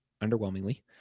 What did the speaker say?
underwhelmingly